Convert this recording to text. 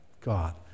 God